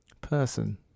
person